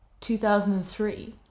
2003